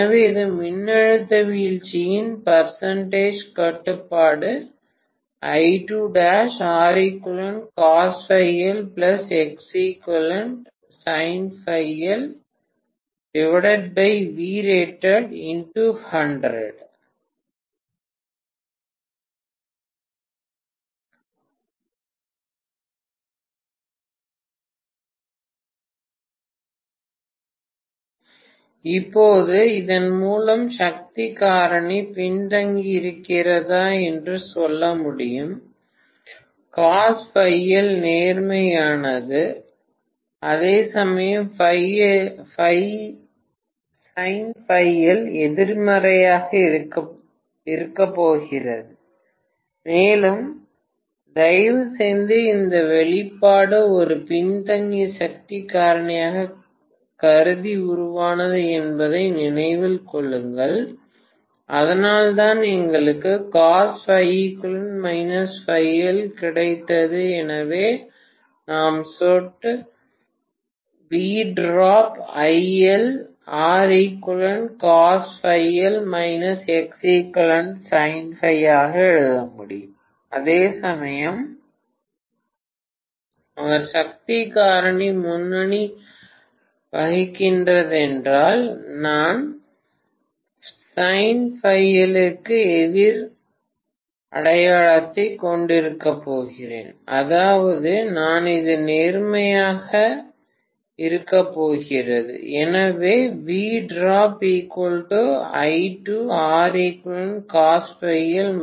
எனவே இது மின்னழுத்த வீழ்ச்சி கட்டுப்பாடு இப்போது இதன் மூலம் சக்தி காரணி பின்தங்கியிருக்கிறதா என்று சொல்ல முடியும் நேர்மறையானது அதேசமயம் எதிர்மறையாக இருக்கப் போகிறது மேலும் தயவுசெய்து இந்த வெளிப்பாடு ஒரு பின்தங்கிய சக்தி காரணியைக் கருதி உருவானது என்பதை நினைவில் கொள்ளுங்கள் அதனால்தான் எங்களுக்கு கிடைத்தது எனவே நாம் சொட்டு எழுத முடியும் அதேசமயம் அவர் சக்தி காரணி முன்னணி வகிக்கிறதென்றால் நான் க்கு எதிர் அடையாளத்தைக் கொண்டிருக்கப் போகிறேன் அதாவது நான் இது நேர்மறையாக இருக்கப் போகிறது எனவே ஐ கைவிடவும்